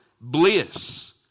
Bliss